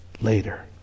later